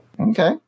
okay